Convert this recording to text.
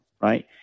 Right